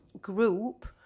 group